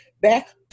Back